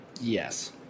Yes